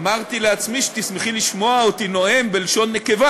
אמרתי לעצמי שתשמחי לשמוע אותי נואם בלשון נקבה